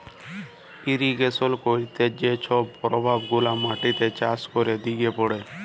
irrigation ক্যইরতে যে ছব পরভাব গুলা মাটিতে, চাষের দিকে পড়ে